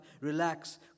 relax